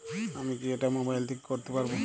আমি কি এটা মোবাইল থেকে করতে পারবো?